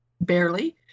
barely